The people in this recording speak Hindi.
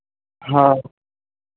हाँ